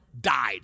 died